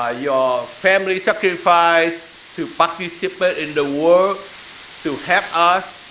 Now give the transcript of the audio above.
ah your family's sacrifice to participate in the war to help us.